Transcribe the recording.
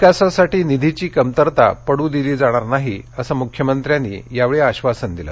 विकासासाठी निधीची कमतरता पडू दिली जाणार नाही असं मुख्यमंत्र्यांनी त्यावेळी आश्वासन दिलं